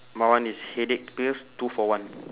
my one is headache pills two for one